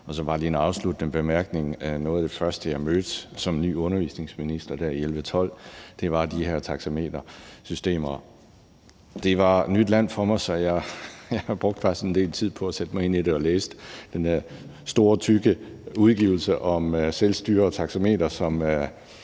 lige komme med en afsluttende bemærkning. Noget af det første, jeg mødte som ny undervisningsordfører tilbage i 2011-12, var de her taxametersystemer. Det var nyt land for mig, så jeg brugte faktisk en del tid på at sætte mig ind i det og læse den der store tykke udgivelse om selvstyre og taxameter,